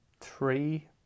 three